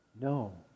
No